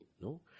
No